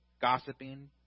gossiping